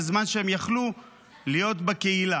בזמן שהם יכלו להיות בקהילה.